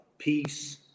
peace